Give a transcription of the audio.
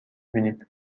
بینید